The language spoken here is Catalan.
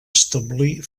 establir